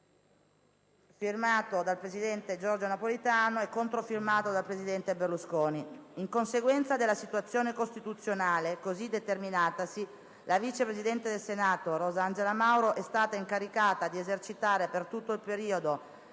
2009 *Firmato*Giorgio Napolitano *Controfirmato*Silvio Berlusconi». In conseguenza della situazione costituzionale così determinatasi, la vice presidente del Senato Rosa Angela Mauro è stata incaricata di esercitare per tutto il periodo